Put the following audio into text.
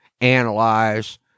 analyze